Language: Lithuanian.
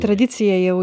tradicija jau